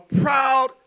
proud